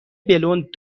بلوند